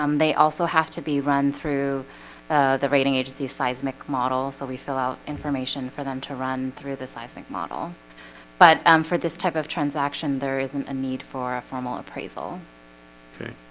um they also have to be run through the rating agency seismic model, so we fill out information for them to run through the seismic model but um for this type of transaction, there isn't a need for a formal appraisal okay,